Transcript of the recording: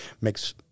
makes